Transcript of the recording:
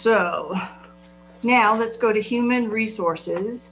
so now let's go to human resource